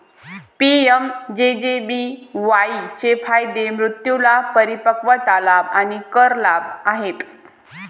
PMJJBY चे फायदे मृत्यू लाभ, परिपक्वता लाभ आणि कर लाभ आहेत